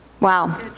Wow